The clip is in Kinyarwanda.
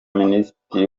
minisitiri